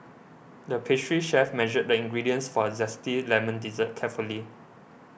the pastry chef measured the ingredients for a Zesty Lemon Dessert carefully